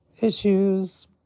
issues